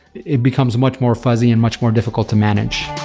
it becomes much more fuzzy and much more difficult to manage.